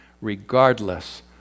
regardless